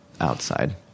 outside